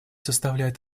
составляет